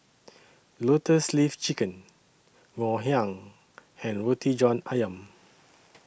Lotus Leaf Chicken Ngoh Hiang and Roti John Ayam